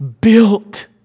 built